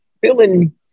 feeling